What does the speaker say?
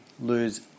lose